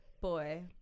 boy